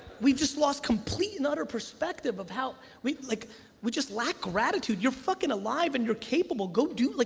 we've just lost complete and utter perspective of how we like we just lack gratitude. you're fucking alive and you're capable, go do. like